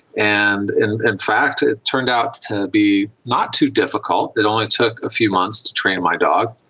and in fact it turned out to be not too difficult. it only took a few months to train my dog,